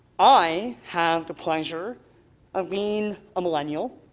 i have the pleasure of being a millennial,